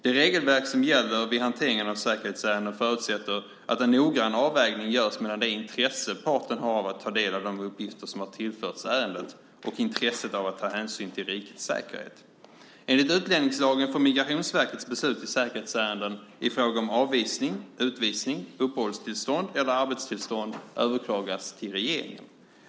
Det regelverk som gäller vid hanteringen av säkerhetsärenden förutsätter att en noggrann avvägning görs mellan det intresse parten har av att ta del av de uppgifter som har tillförts ärendet och intresset av att ta hänsyn till rikets säkerhet. Enligt utlänningslagen får Migrationsverkets beslut i säkerhetsärenden i fråga om avvisning, utvisning, uppehållstillstånd eller arbetstillstånd överklagas till regeringen.